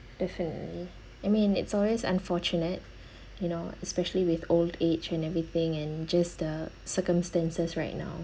definitely I mean it's always unfortunate you know especially with old age and everything and just the circumstances right now